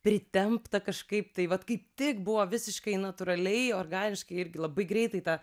pritempta kažkaip tai vat kaip tik buvo visiškai natūraliai organiškai irgi labai greitai tą